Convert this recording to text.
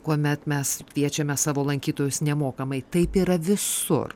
kuomet mes kviečiame savo lankytojus nemokamai taip yra visur